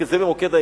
כי זה לב העניין: